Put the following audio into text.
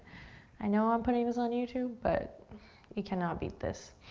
i know i'm putting this on youtube, but you cannot beat this.